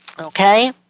Okay